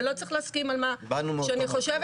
ולא צריך להסכים על מה שאני חושבת,